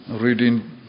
reading